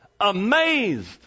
Amazed